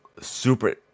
super